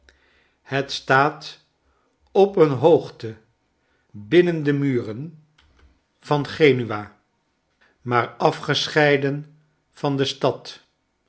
het staat op een hoogte binnen de muren genua en hare omstreken van genua maar afgescheiden van de stad